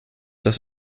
das